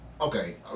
Okay